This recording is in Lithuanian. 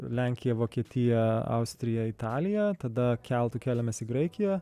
lenkija vokietija austrija italija tada keltu kėlėmės į graikiją